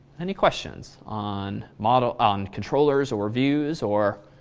any questions on model on controllers or views or